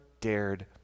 dared